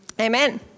Amen